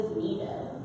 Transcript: needed